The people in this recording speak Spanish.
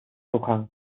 luján